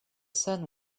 sun